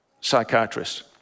psychiatrist